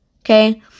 okay